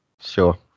Sure